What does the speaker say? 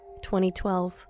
2012